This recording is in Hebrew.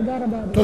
תודה רבה, אדוני.